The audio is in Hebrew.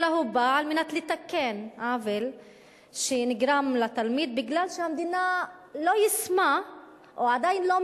אלא הוא בא לתקן עוול שנגרם לתלמיד משום שהמדינה לא יישמה,